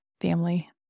family